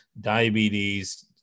diabetes